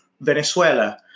Venezuela